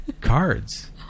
cards